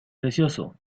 precioso